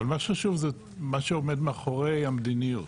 אבל מה שחשוב הוא מה שעומד מאחורי המדיניות.